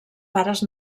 pares